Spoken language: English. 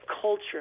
culture